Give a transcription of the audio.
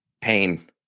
Pain